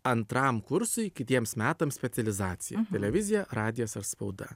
antram kursui kitiems metams specializaciją televizija radijas ar spauda